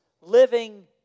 living